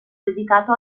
dedicato